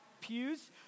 pews